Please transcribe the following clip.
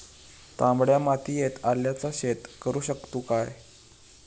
तामड्या मातयेत आल्याचा शेत करु शकतू काय?